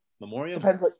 Memorial